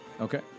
Okay